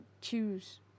choose